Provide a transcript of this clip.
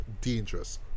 dangerous